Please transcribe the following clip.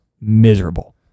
miserable